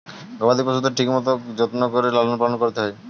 গবাদি পশুদের ঠিক মতন যত্ন করে লালন পালন করতে হয়